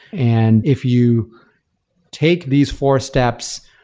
and if you take these four steps,